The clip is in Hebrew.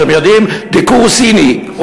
אתם יודעים: דיקור סיני.